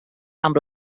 amb